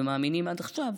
ומאמינים עד עכשיו,